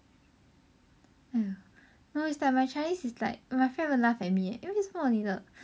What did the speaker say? !aiyo! no is like my chinese is like my friend will laugh at me eh 为什么你的